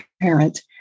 parent